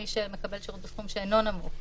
ומי שמקבל שירות בסכום שאינו נמוך.